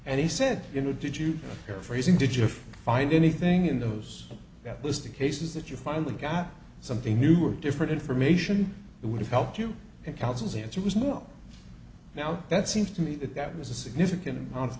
and he said you know did you paraphrasing did you find anything in those that list of cases that you finally got something new or different information that would have helped you in counsel's answer was more now that seems to me that that was a significant amount of